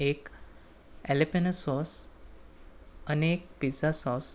એક jalapeno sauce અને એક પિઝા સોસ